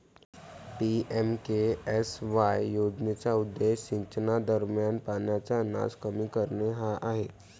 PMKSY योजनेचा उद्देश सिंचनादरम्यान पाण्याचा नास कमी करणे हा आहे